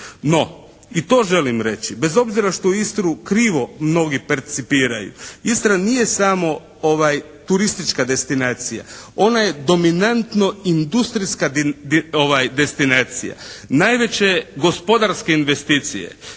no, i to želim reći bez obzira što Istru mnogi krivo percipiraju, Istra nije samo turistička destinacija, ona je dominantno industrijska destinacija. Najveće gospodarske investicije